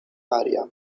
area